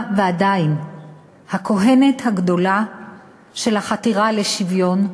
והיא עדיין הכוהנת הגדולה של החתירה לשוויון,